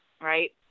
right